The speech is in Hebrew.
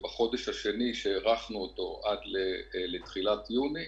ובחודש השני, שהארכנו אותו עד לתחילת יוני,